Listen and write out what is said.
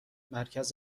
مرکز